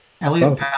Elliot